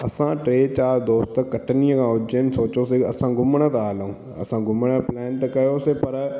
असां टे चारि दोस्त कटनीअ ऐं उज्जैन सोचियोसीं असां घुमण था हलूं असां घुमणु प्लैन त कयोसीं पर